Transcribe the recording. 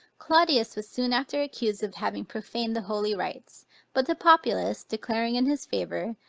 claudius was soon after accused of having profaned the holy rites but the populace declaring in his favor,